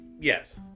Yes